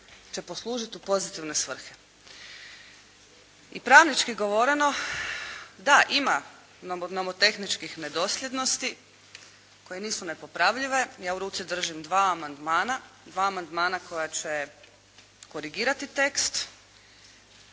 će poslužiti u pozitivne svrhe. I pravnički govoreno da ima nomotehničkih nedosljednosti koje nisu nepopravljive, ja u ruci držim dva amandmana, dva amandmana koji će korigirati tekst.